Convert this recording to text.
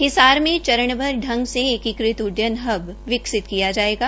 हिसार में चरणबद्व प्रंग से एकीकृत उड्यन हब विकसित किया जायेगा